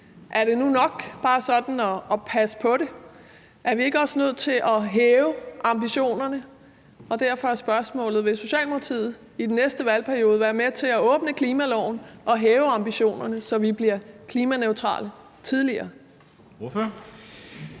er det nu nok bare sådan at passe på det? Er vi ikke også nødt til at hæve ambitionerne? Og derfor er spørgsmålet: Vil Socialdemokratiet i den næste valgperiode være med til at åbne klimaloven og hæve ambitionerne, så vi bliver klimaneutrale tidligere?